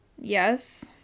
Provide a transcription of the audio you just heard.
yes